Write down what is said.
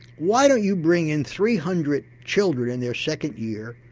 why don't you bring in three hundred children in their second year,